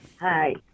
Hi